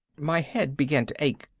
my head began to ache.